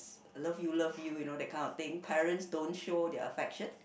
love you love you you know that kind of thing parents don't show their affection